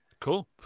Cool